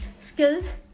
skills